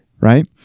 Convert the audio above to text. right